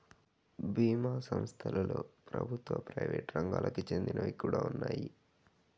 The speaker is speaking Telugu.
బీమా సంస్థలలో ప్రభుత్వ, ప్రైవేట్ రంగాలకి చెందినవి కూడా ఉన్నాయి